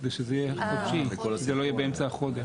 כדי שזה יהיה חודשי ולא יהיה באמצע החודש.